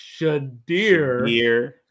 Shadir